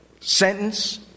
sentence